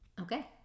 Okay